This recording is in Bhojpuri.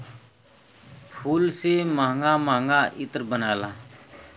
फूल से महंगा महंगा इत्र बनला